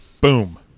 Boom